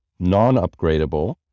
non-upgradable